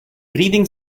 breathing